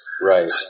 right